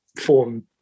form